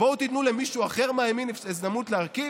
בואו תיתנו למישהו אחר מהימין הזדמנות להרכיב.